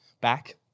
back